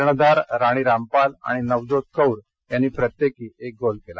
कर्णधार राणी रामपाल आणि नवज्योत कौर यांनी प्रत्येकी एक गोल केला